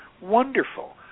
wonderful